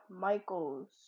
Michaels